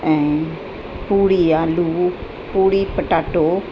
ऐं पुड़ी आलू पुड़ी पटाटो